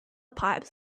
pipes